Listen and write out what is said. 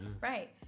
Right